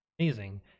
Amazing